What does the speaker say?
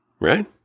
right